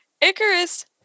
Icarus